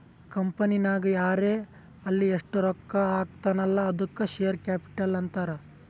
ಕಂಪನಿನಾಗ್ ಯಾರೇ ಆಲ್ಲಿ ಎಸ್ಟ್ ರೊಕ್ಕಾ ಹಾಕ್ತಾನ ಅಲ್ಲಾ ಅದ್ದುಕ ಶೇರ್ ಕ್ಯಾಪಿಟಲ್ ಅಂತಾರ್